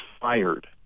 fired